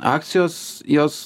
akcijos jos